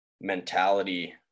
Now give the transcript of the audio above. mentality